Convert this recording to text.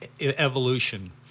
evolution